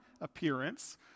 appearance